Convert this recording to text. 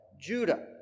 Judah